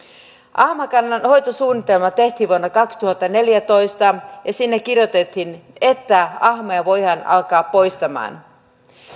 ahmakannan hoitosuunnitelma tehtiin vuonna kaksituhattaneljätoista ja sinne kirjoitettiin että ahmoja voidaan alkaa poistamaan